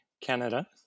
Canada